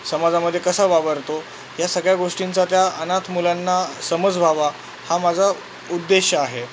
समाजामध्ये कसा वावरतो या सगळ्या गोष्टींचा त्या अनाथ मुलांना समज व्हावा हा माझा उद्देश आहे